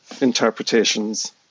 interpretations